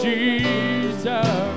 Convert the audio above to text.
Jesus